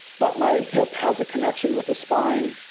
but my hip has a connection with the spine,